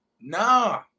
Nah